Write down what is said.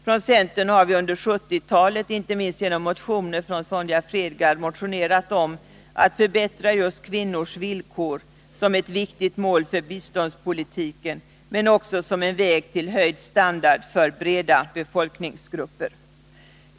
Från centern har under 1970-talet inte minst genom Sonja Fredgard motionerats om att man skall förbättra just kvinnornas villkor som ett viktigt mål för biståndspolitiken men också som en väg till höjd standard för breda befolkningsgrupper.